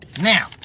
Now